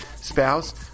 spouse